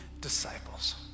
disciples